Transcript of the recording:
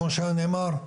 כמו שנאמר,